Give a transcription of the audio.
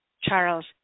Charles